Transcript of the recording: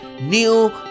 new